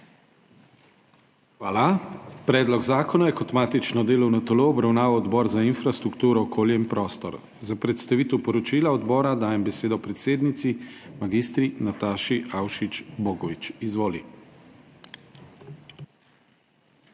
Hvala. Predlog zakona je kot matično delovno telo obravnaval Odbor za infrastrukturo, okolje in prostor. Za predstavitev poročila odbora dajem besedo predsednici mag. Nataši Avšič Bogovič. Izvoli.